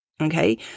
okay